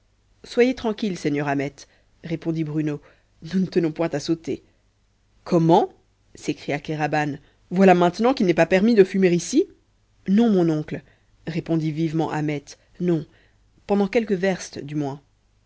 soyez tranquille seigneur ahmet répondit bruno nous ne tenons point à sauter comment s'écria kéraban voilà maintenant qu'il n'est pas permis de fumer ici non mon oncle répondit vivement ahmet non pendant quelques verstes du moins